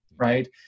right